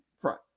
front